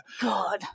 God